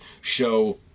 show